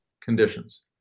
conditions